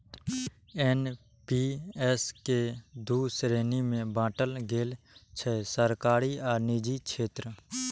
NPS कें दू श्रेणी मे बांटल गेल छै, सरकारी आ निजी क्षेत्र